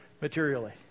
materially